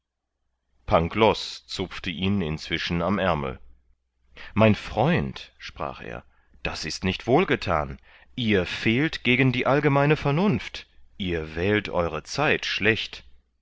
pangloß zupfte ihn inzwischen am aermel mein freund sprach er daß ist nicht wohlgethan ihr fehlt gegen die allgemeine vernunft ihr wählt eure zeit schlecht